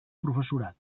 professorat